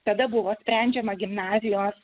tada buvo sprendžiama gimnazijos